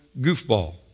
goofball